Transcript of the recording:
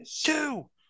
two